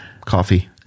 coffee